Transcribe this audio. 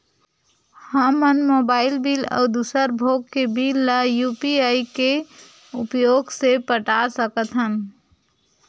हमन mobile bill अउ दूसर भोग के बिल ला यू.पी.आई के उपयोग से पटा सकथन